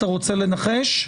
אתה רוצה לנחש?